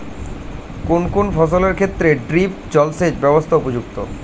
কোন কোন ফসলের ক্ষেত্রে ড্রিপ জলসেচ ব্যবস্থা উপযুক্ত?